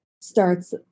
starts